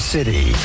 City